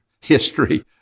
history